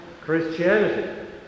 Christianity